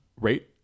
rate